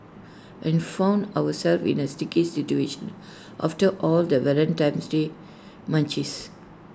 and found ourselves in A sticky situation after all the Valentine's day munchies